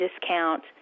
discount